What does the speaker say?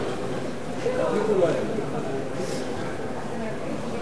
חברי חברי הכנסת,